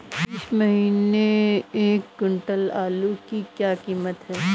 इस महीने एक क्विंटल आलू की क्या कीमत है?